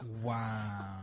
Wow